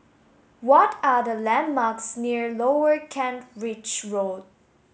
what are the landmarks near Lower Kent Ridge Road